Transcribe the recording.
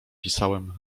pisałem